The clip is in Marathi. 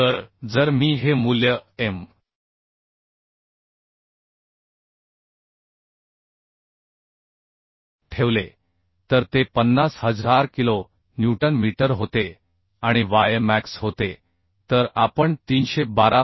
तर जर मी हे मूल्य m ठेवले तर ते 50000 किलो न्यूटन मीटर होते आणि y मॅक्स होते तर आपण 312